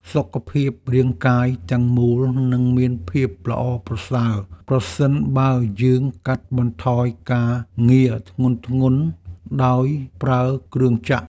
សុខភាពរាងកាយទាំងមូលនឹងមានភាពល្អប្រសើរប្រសិនបើយើងកាត់បន្ថយការងារធ្ងន់ៗដោយប្រើគ្រឿងចក្រ។